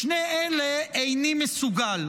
לשני אלה איני מסוגל."